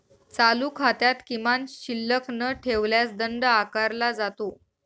चालू खात्यात किमान शिल्लक न ठेवल्यास दंड आकारला जातो